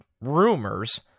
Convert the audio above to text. rumors